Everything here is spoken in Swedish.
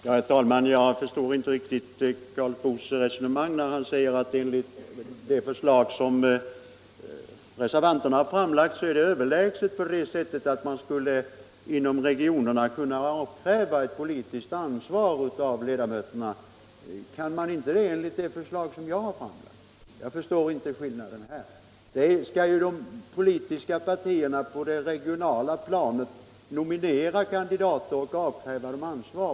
Herr talman! Jag förstår inte riktigt herr Karl Boos resonemang när han säger att det förslag som reservanterna har framlagt är överlägset på det sättet att man inom regionerna skulle kunna avkräva politiskt ansvar av ledamöterna. Kan man inte det enligt det förslag som jag har framfört? Det innebär ju att de politiska partierna på det regionala planet skall nominera kandidater och avkräva dem ansvar.